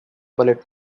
bullet